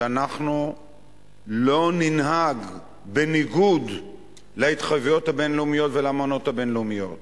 שאנחנו לא ננהג בניגוד להתחייבויות הבין-לאומיות ולאמנות הבין-לאומיות